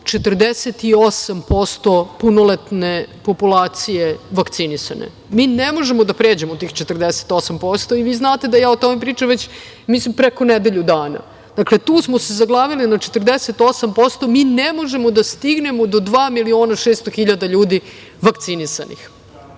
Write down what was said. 48% punoletne populacije vakcinisane. Mi ne možemo da pređemo tih 48% i vi znate da ja o tome pričam već, mislim, preko nedelju dana. Tu smo se zaglavili na 48%. Mi ne možemo da stignemo do dva miliona i 600 hiljada ljudi vakcinisanih